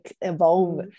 evolve